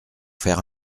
faire